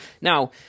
now